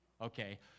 Okay